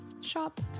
shop